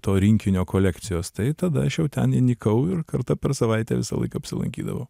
to rinkinio kolekcijos tai tada aš jau ten įnikau ir kartą per savaitę visąlaik apsilankydavau